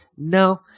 No